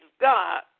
God